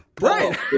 Right